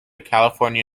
california